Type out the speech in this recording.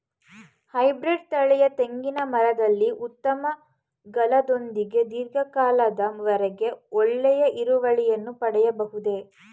Hybrid ತಳಿಯ ತೆಂಗಿನ ಮರದಲ್ಲಿ ಉತ್ತಮ ಫಲದೊಂದಿಗೆ ಧೀರ್ಘ ಕಾಲದ ವರೆಗೆ ಒಳ್ಳೆಯ ಇಳುವರಿಯನ್ನು ಪಡೆಯಬಹುದೇ?